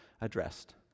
addressed